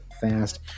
fast